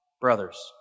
brothers